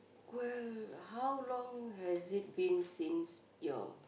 well how long has it been since your